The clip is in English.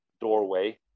doorway